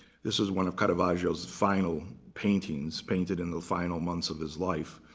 this was one of caravaggio's final paintings, painted in the final months of his life.